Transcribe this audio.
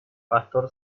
pastor